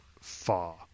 far